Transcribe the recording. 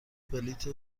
بلیط